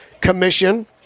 commission